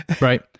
right